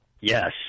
yes